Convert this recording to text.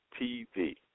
TV